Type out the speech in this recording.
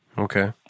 Okay